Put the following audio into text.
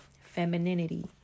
Femininity